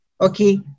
okay